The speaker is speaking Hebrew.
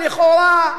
לכאורה,